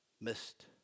missed